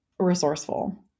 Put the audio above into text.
resourceful